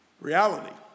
reality